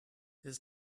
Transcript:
his